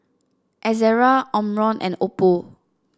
Ezerra Omron and Oppo